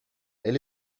elle